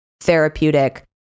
therapeutic